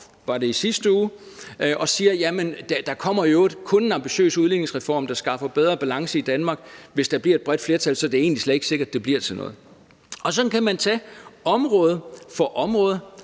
var det i sidste uge? – og siger, at der i øvrigt kun kommer en ambitiøs udligningsreform, der skaffer bedre balance i Danmark, hvis det bliver med et bredt flertal. Så det er egentlig slet ikke sikkert, det bliver til noget. Sådan kan man tage område for område,